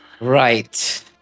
Right